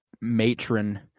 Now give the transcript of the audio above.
matron